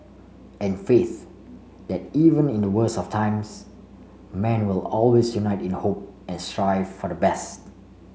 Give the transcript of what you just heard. and faith that even in the worst of times man will always unite in the hope and strive for the best